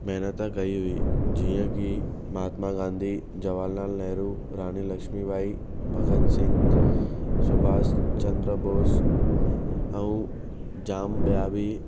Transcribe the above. महिनत कई होई जीअं की महात्मा गांधी जवाहर लाल नेहरु रानी लक्ष्मी बाई भगत सिंह सुभाषचंद्र बोस ऐं जाम बिया बि